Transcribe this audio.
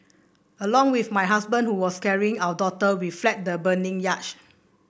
along with my husband who was carrying our daughter we fled the burning yacht